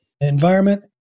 environment